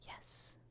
Yes